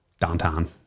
downtown